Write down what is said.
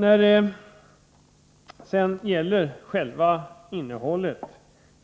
När det gäller själva innehållet